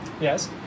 yes